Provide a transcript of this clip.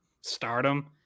stardom